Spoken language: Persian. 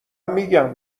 میگم